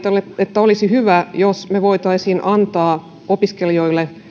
että olisi hyvä jos me voisimme antaa opiskelijoille